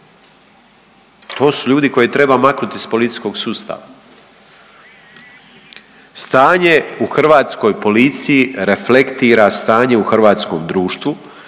To su ljudi koje treba maknuti iz policijskog sustava. Stanje u hrvatskoj policiji reflektira stanje u hrvatskom društvu.